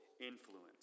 influence